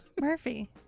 Murphy